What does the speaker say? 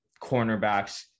cornerbacks